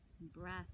breath